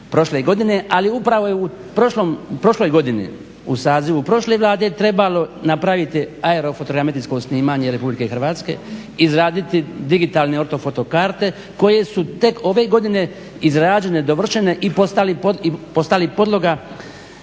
Ali upravo je u prošloj godini u sazivu prošle Vlade trebalo napraviti aero fotometrijsko snimanje Republike Hrvatske, izraditi digitalne orto foto karte koje su tek ove godine izrađene, dovršene i postali podloga